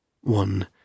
one